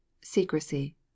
secrecy